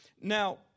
Now